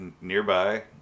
nearby